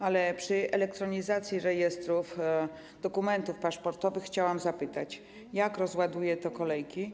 A w odniesieniu do elektronizacji rejestrów dokumentów paszportowych chciałam zapytać: Jak rozładuje to kolejki?